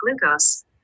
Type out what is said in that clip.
glucose